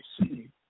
see